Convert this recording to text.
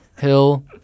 Hill